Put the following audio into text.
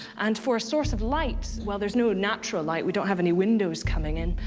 and for a source of light, well, there's no natural light, we don't have any windows coming in,